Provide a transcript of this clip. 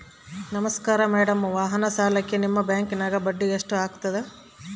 ನಮಸ್ಕಾರ ಮೇಡಂ ವಾಹನ ಸಾಲಕ್ಕೆ ನಿಮ್ಮ ಬ್ಯಾಂಕಿನ್ಯಾಗ ಬಡ್ಡಿ ಎಷ್ಟು ಆಗ್ತದ?